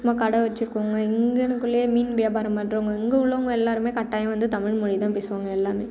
சும்மா கடை வச்சுருக்கவங்க இங்கனகுள்ளே மீன் வியாபாரம் பண்ணுறவங்க இங்கே உள்ளவங்க எல்லாருமே கட்டாயம் வந்து தமிழ் மொழி தான் பேசுவாங்க எல்லாமே